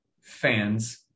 fans